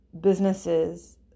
businesses